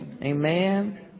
Amen